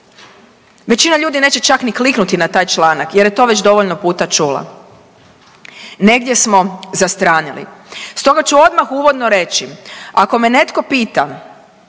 Većina ljudi neće čak ni kliknuti na taj članak jer je to već dovoljno puta čula. Negdje smo zastranili. Stoga ću odmah uvodno reći, ako me netko pita,